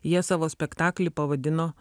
jie savo spektaklį pavadino